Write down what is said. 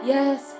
Yes